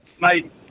Mate